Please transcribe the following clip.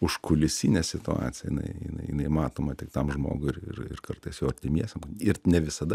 užkulisinė situacija jinai jinai jinai matoma tik tam žmogui ir ir ir kartais jo artimiesiem ir ne visada